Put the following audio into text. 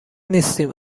نیستیم